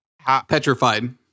Petrified